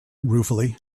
ruefully